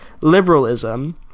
liberalism